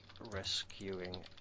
rescuing